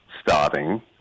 starting